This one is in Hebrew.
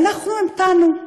ואנחנו המתנו,